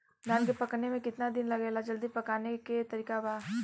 धान के पकने में केतना दिन लागेला जल्दी पकाने के तरीका बा?